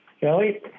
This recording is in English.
Kelly